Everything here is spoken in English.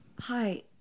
Hi